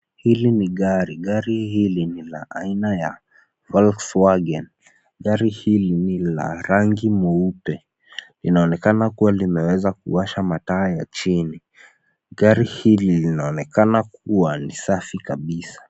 Hili ni gari, gari hili ni la aina ya Volkswagen. Gari hili ni la rangi nyeupe. Linaonekana kuwa limeweza kuwasha mataa ya chini. Gari hili linaonekana kuwa ni safi kabisa.